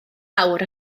awr